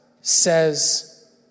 says